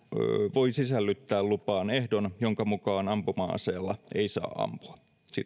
voi sisällyttää lupaan ehdon jonka mukaan ampuma aseella ei saa ampua